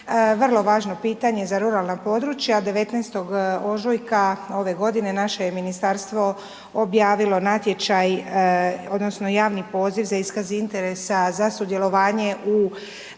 vrlo važno pitanje za ruralna područja, 19. ožujka ove godine naše je ministarstvo objavilo natječaj odnosno javni poziv za iskaz interesa za sudjelovanje u